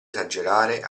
esagerare